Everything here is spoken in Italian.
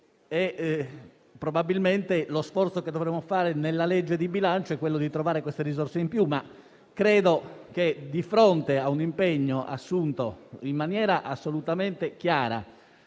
Probabilmente lo sforzo che dovremo fare nella legge di bilancio sarà trovare queste risorse in più, ma credo che, di fronte a un impegno assunto in maniera assolutamente chiara